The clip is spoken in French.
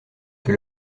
que